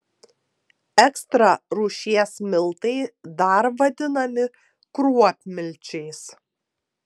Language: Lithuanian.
ekstra rūšies miltai dar vadinami kruopmilčiais